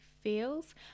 feels